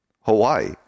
Hawaii